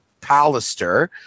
Pallister